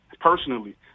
personally